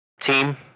Team